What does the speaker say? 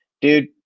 dude